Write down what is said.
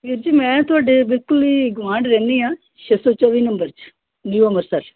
ਵੀਰ ਜੀ ਮੈਂ ਤੁਹਾਡੇ ਬਿਲਕੁਲ ਹੀ ਗੁਆਂਢ ਰਹਿੰਦੀ ਹਾਂ ਛੇ ਸੌ ਚੌਵੀ ਨੰਬਰ 'ਚ ਨਿਊ ਅੰਮ੍ਰਿਤਸਰ